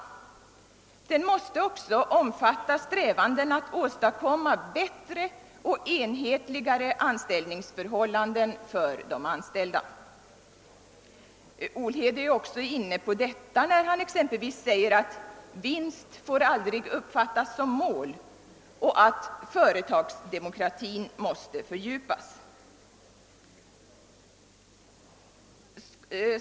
Den måste också omfatta strävanden att åstadkomma bättre och enhetligare anställningsförhållanden för de anställda. Olhede är också inne på detta, när han exempelvis säger att »vinst får aldrig uppfattas som mål» och att »företagsdemokratin måste fördjupas».